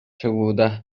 чыгууда